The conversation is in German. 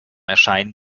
erscheinen